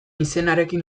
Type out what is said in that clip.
izenarekin